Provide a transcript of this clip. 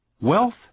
Wealth